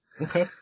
Okay